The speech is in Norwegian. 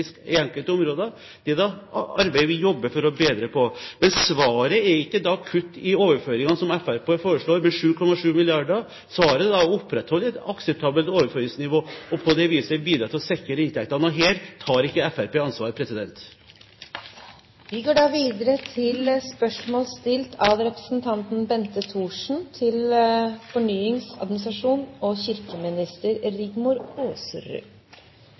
i enkelte områder. Det er et arbeid vi jobber for å bedre. Men svaret er ikke da kutt i overføringene, som Fremskrittspartiet har foreslått, med 7,7 mrd. kr. Svaret er å opprettholde et akseptabelt overføringsnivå og på det viset bidra til å sikre inntektene. Her tar ikke Fremskrittspartiet ansvar.